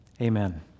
amen